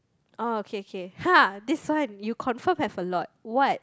oh okay okay !huh! this one you confirm have a lot what